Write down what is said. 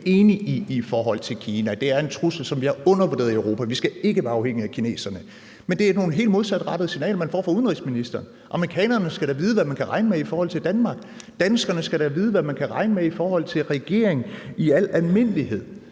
altså i forhold til Kina. Det er en trussel, som vi har undervurderet i Europa. Vi skal ikke være afhængige af kineserne. Men det er nogle helt modsatrettede signaler, man får fra udenrigsministeren. Amerikanerne skal da vide, hvad man kan regne med i forhold til Danmark. Danskerne skal da vide, hvad man kan regne med i forhold til regeringen i al almindelighed.